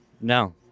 No